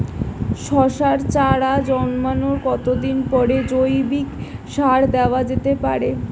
শশার চারা জন্মানোর কতদিন পরে জৈবিক সার দেওয়া যেতে পারে?